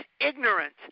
ignorant